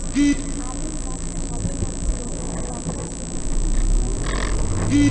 আলুর গাছ ভালো মতো রাখার জন্য কী কী কীটনাশক দরকার?